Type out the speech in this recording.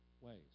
ways